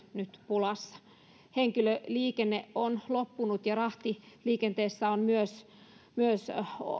nyt pulassa henkilöliikenne on loppunut ja rahtiliikenteessä on myös myös